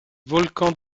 volcans